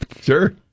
Sure